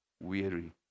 weary